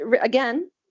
again